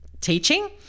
teaching